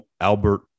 Albert